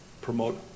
promote